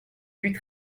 huit